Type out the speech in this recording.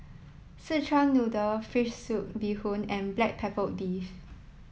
Szechuan Noodle Fish Soup Bee Hoon and Black Pepper Beef